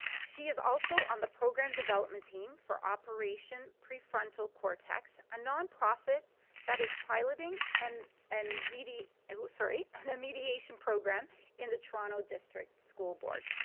she is also on the program development team for operation prefontal cortex, a non-profit that is piloting and and medi and sorry, and a mediation program in the toronto district school board.